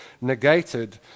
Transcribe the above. negated